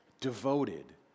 devoted